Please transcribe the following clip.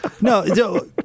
No